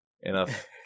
Enough